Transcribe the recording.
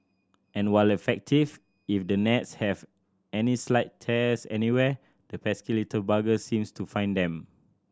and while effective if the nets have any slight tears anywhere the pesky little buggers seem to find them